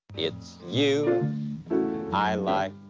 it's you i like.